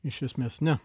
iš esmės ne